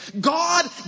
God